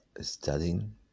studying